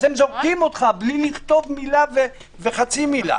אז הם זורקים אותך בלי לכתוב מילה וחצי מילה.